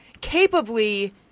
capably